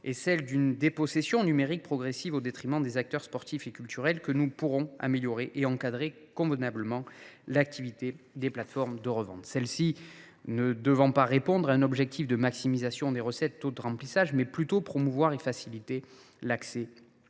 et la dépossession numérique progressive au détriment des acteurs sportifs et culturels, que nous pourrons améliorer et encadrer convenablement l’activité des plateformes de reventes. Celles ci doivent en effet non pas répondre à un objectif de maximisation des recettes et du taux de remplissage, mais plutôt promouvoir et faciliter l’accès des